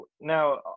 now